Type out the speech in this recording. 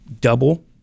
double